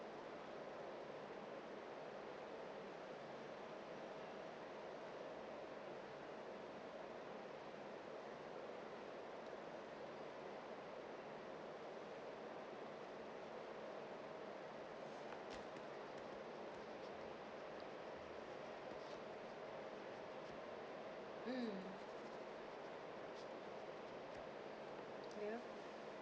mm ya